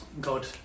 God